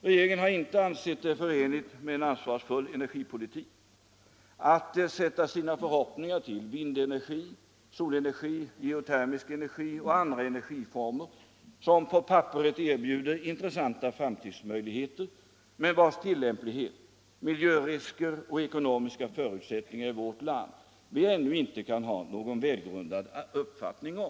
Regeringen har inte ansett det förenligt med en ansvarsfull energipolitik att sätta sina förhoppningar till vindenergi, solenergi, geotermisk energi och andra energiformer som på papperet erbjuder intressanta framtidsmöjligheter men vilkas tillämplighet, miljörisker och ekonomiska förutsättningar i vårt land vi ännu inte kan ha någon välgrundad uppfattning om.